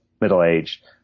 middle-aged